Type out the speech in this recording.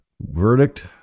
Verdict